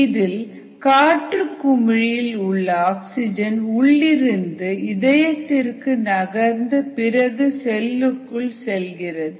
இதில் காற்று குமிழி இல் உள்ள ஆக்ஸிஜன் உள்ளிருந்து இதயத்திற்கு நகர்ந்து பிறகு செல்லுக்குள் செல்கிறது